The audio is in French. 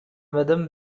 madame